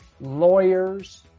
lawyers